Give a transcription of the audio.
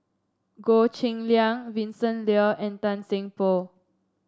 Goh Cheng Liang Vincent Leow and Tan Seng Poh